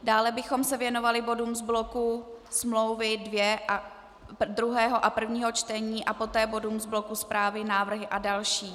Dále bychom se věnovali bodům z bloku smlouvy dvě, druhého a prvního čtení, a poté bodům z bloku zprávy, návrhy a další.